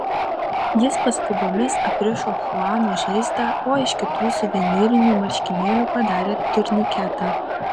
jis paskubomis aprišo chuano žaizdą o iš kitų suvenyrinių marškinėlių padarė turniketą